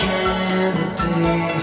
Kennedy